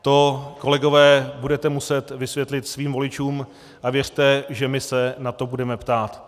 To, kolegové, budete muset vysvětlit svým voličům a věřte, že my se na to budeme ptát.